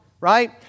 Right